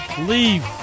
leave